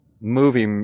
movie